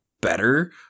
better